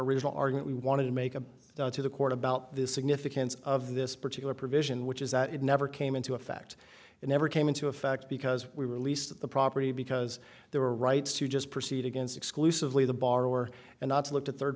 original argument we wanted to make a to the court about the significance of this particular provision which is that it never came into effect and never came into effect because we released the property because there were rights to just proceed against exclusively the borrower and not to look to third